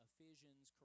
Ephesians